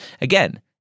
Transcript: Again